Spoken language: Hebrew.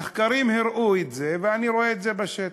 שמחקרים הראו אותה ואני רואה את זה בשטח: